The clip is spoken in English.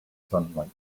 sunlight